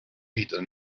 ehitada